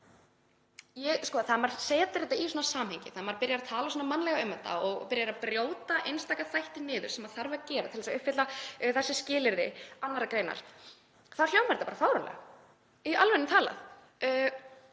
Þegar maður setur þetta í samhengi, þegar maður byrjar að tala svona mannlega um þetta og byrjar að brjóta einstaka þætti niður sem þarf að gera til þess að uppfylla þessi skilyrði 2. gr. þá hljómar þetta bara fáránlega, í alvörunni talað.